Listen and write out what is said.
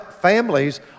families